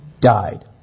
died